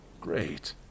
Great